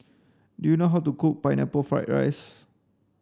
do you know how to cook pineapple fried rice